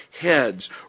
heads